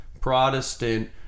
Protestant